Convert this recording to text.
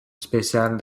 spéciale